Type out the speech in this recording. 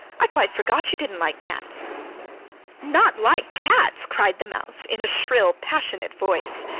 i quite forgot you didn't like cats not like cats cried the mouse, in a shrill, passionate voice.